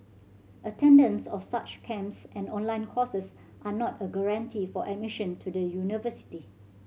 attendance of such camps and online courses are not a guarantee for admission to the university